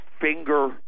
finger